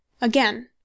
Again